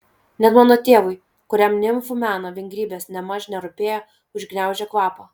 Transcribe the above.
net mano tėvui kuriam nimfų meno vingrybės nėmaž nerūpėjo užgniaužė kvapą